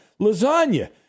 Lasagna